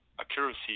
Accuracy